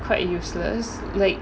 quite useless like